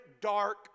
dark